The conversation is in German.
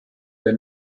der